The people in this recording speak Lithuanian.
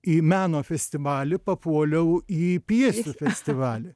į meno festivalį papuoliau į pjesių festivalį